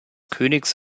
königs